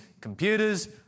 computers